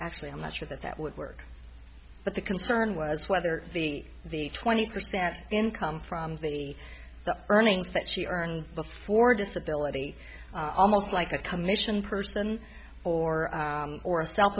actually i'm not sure that that would work but the concern was whether the the twenty percent income from the earnings that she earned before disability almost like a commission person or or a self